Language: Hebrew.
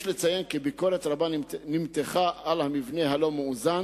יש לציין כי ביקורת רבה נמתחה על המבנה הלא-מאוזן